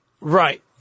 Right